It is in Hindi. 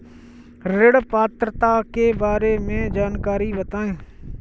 ऋण पात्रता के बारे में जानकारी बताएँ?